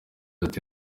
ati